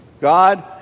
God